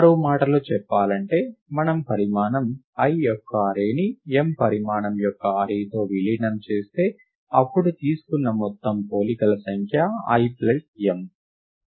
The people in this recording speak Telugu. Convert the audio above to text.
మరో మాటలో చెప్పాలంటే మనము పరిమాణం l యొక్క అర్రేని m పరిమాణం యొక్క అర్రేతో విలీనం చేస్తే అప్పుడు తీసుకున్న మొత్తం పోలికల సంఖ్య l ప్లస్ m